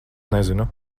nezinu